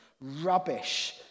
rubbish